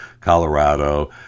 Colorado